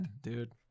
dude